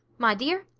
my dear,